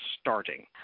starting